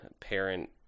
parent-